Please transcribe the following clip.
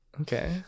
Okay